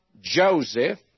Joseph